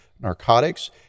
Narcotics